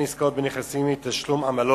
מאידך גיסא, וכן עסקאות בנכסים ותשלום עמלות